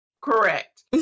correct